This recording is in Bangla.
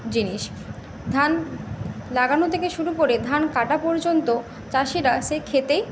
জিনিস ধান লাগানো থেকে শুরু করে ধান কাটা পর্যন্ত চাষিরা সেই ক্ষেতেই